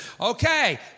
Okay